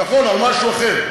נכון, על משהו אחר.